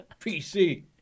PC